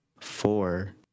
four